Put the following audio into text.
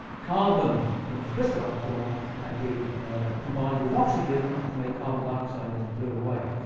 carbon in its crystalline form had been combined with oxygen to make carbon dioxide, then it blew away.